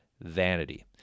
vanity